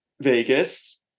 Vegas